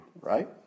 right